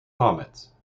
comets